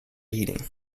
heating